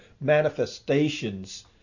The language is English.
manifestations